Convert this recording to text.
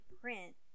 print